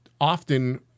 often